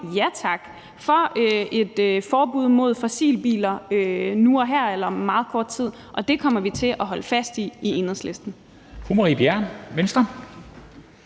ja tak« og for et forbud mod fossilbiler nu og her eller om meget kort tid. Det kommer vi til at holde fast i i Enhedslisten.